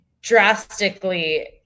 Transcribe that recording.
drastically